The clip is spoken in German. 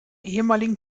ehemaligen